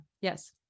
yes